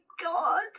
god